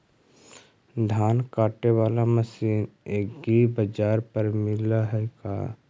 धान काटे बाला मशीन एग्रीबाजार पर मिल है का?